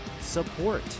support